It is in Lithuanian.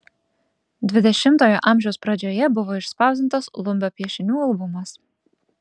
dvidešimtojo amžiaus pradžioje buvo išspausdintas lumbio piešinių albumas